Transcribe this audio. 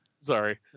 Sorry